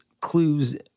clues